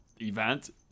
event